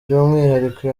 by’umwihariko